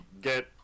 get